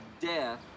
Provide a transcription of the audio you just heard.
death